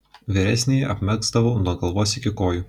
vyresnįjį apmegzdavau nuo galvos iki kojų